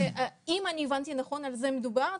אם אני הבנתי נכון על זה מדובר,